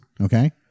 Okay